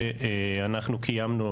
שאנחנו קיימנו,